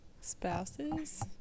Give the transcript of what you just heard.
spouses